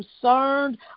concerned